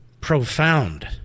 profound